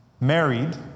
Married